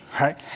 right